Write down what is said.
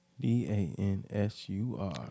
D-A-N-S-U-R